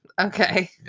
Okay